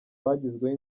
bagizweho